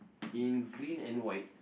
in green and white